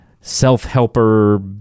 self-helper